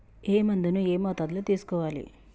ఏ మందును ఏ మోతాదులో తీసుకోవాలి?